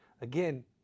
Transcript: Again